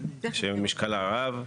שמשקלה רב,